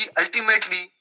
ultimately